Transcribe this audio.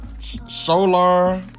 Solar